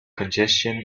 congestion